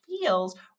feels